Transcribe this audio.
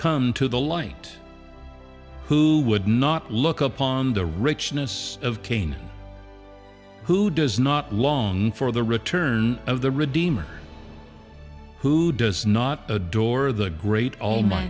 come to the light who would not look upon the richness of cain who does not long for the return of the redeemer who does not adore the great